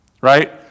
right